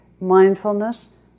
mindfulness